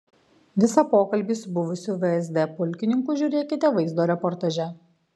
visą pokalbį su buvusiu vsd pulkininku žiūrėkite vaizdo reportaže